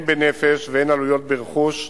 הן בנפש והן עלויות ברכוש,